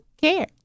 care